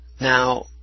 Now